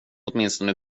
åtminstone